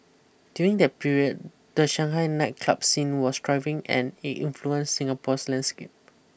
during that period the Shanghai nightclub scene was thriving and it influence Singapore's landscape